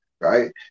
right